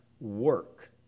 work